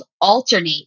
alternate